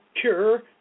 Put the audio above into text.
cure